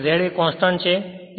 કારણ કે Z એક કોંસ્ટંટછે